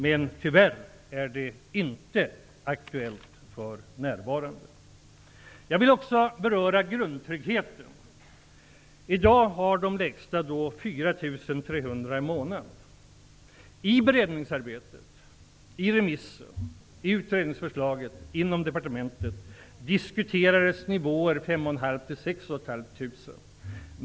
Men tyvärr är det inte aktuellt för närvarande. Jag vill också beröra grundtryggheten. I dag har de med de lägsta inkomsterna 4 300 kr i månaden. I beredningsarbetet, i remisser, i utredningsförslaget och inom departementet diskuterades nivåer på 5 500--6 500.